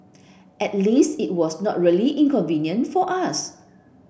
at least it was not really inconvenient for us